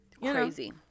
crazy